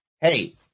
Hey